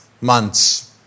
months